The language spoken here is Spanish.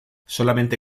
solamente